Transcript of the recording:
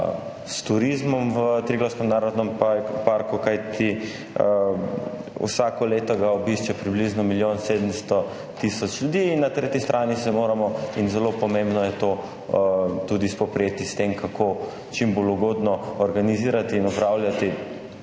s turizmom v Triglavskem narodnem parku, kajti vsako leto ga obišče približno milijon 700 tisoč ljudi, in na tretji strani se moramo, in zelo pomembno je to, tudi spoprijeti s tem, kako čim bolj ugodno organizirati in upravljati